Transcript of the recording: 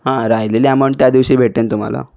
हां राहिलेली अमाऊंट त्या दिवशी भेटेल तुम्हाला